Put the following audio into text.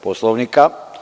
Poslovnika.